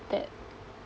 that